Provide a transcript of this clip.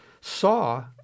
saw